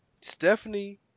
Stephanie